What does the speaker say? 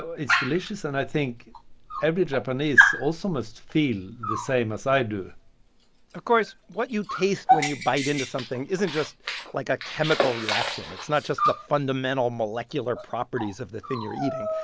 it's delicious, and i think every japanese also must feel the same as i do of course, what you taste when you bite into something isn't just like a chemical reaction. it's not just the fundamental molecular properties of the thing you're eating.